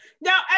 now